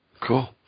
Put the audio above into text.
Cool